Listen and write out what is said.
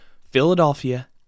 Philadelphia